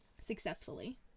Successfully